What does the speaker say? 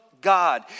God